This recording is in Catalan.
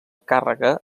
càrrega